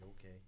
Okay